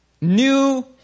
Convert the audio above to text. new